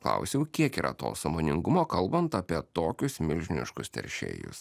klausiau kiek yra to sąmoningumo kalbant apie tokius milžiniškus teršėjus